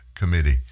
committee